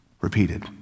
repeated